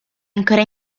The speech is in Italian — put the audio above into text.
ancora